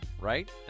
right